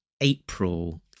April